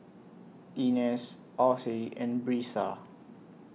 Inez Osie and Brisa